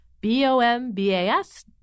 B-O-M-B-A-S